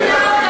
רגע,